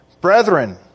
Brethren